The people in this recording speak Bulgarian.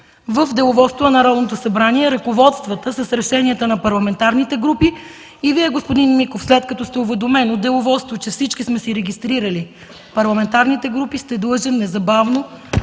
в Деловодството на Народното събрание – ръководствата с решенията на парламентарните групи. Вие, господин Миков, след като сте уведомен от Деловодството, че всички сме си регистрирали парламентарните групи, сте длъжен незабавно